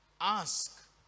ask